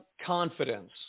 confidence